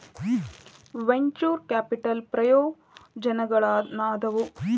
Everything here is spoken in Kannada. ವೆಂಚೂರ್ ಕ್ಯಾಪಿಟಲ್ ಪ್ರಯೋಜನಗಳೇನಾದವ